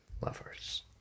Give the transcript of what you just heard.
lovers